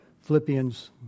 Philippians